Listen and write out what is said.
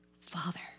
Father